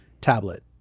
tablet